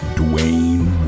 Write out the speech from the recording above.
dwayne